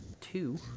two